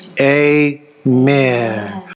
Amen